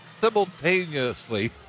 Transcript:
simultaneously